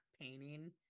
painting